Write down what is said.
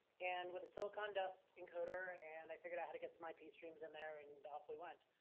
and with a silicon dust encoder and i figured out how to get my piece streams in there, and off we went.